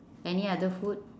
any other food